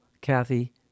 Kathy